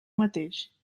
mateix